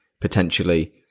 potentially